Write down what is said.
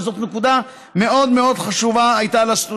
זאת הייתה נקודה מאוד מאוד חשובה לסטודנטים.